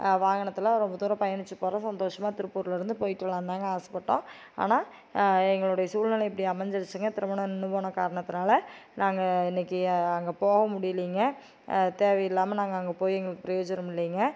வாகனத்தில் ரொம்ப தூரம் பயணிச்சு போகற சந்தோஷமாக திருப்பூரில் இருந்து போய்விட்டு வரலாம் தாங்க ஆசைப்பட்டோம் ஆனால் எங்களுடைய சூழ்நில இப்படி அமைஞ்சிருச்சுங்க திருமணம் நின்று போன காரணத்தினால நாங்கள் இன்னைக்கு அங்கே போக முடியலைங்க தேவை இல்லாமல் நாங்கள் அங்கே போய் எங்களுக்கு பிரயோஜனம் இல்லைங்க